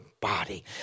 body